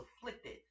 afflicted